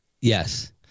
yes